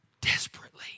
desperately